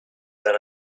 than